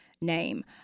name